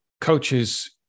coaches